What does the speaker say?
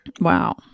Wow